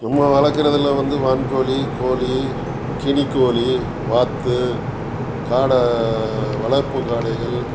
நம்ம வளர்க்கறதுல வந்து வான்கோழி கோழி கினிக் கோழி வாத்து காடை வளர்ப்பு காடைகள்